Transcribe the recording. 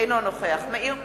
אינו נוכח מאיר פרוש,